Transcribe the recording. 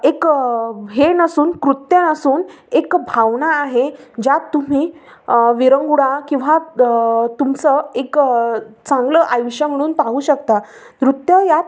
एक हे नसून कृत्य नसून एक भावना आहे ज्यात तुम्ही विरंगुळा किंवा तुमचं एक चांगलं आयुष्य म्हणून पाहू शकता नृत्य यात